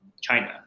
China